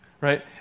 right